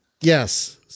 Yes